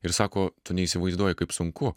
ir sako tu neįsivaizduoji kaip sunku